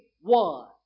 one